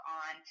on